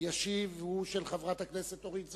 ישיב עליה היא של חברת הכנסת אורית זוארץ.